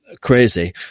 crazy